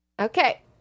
okay